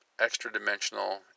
extra-dimensional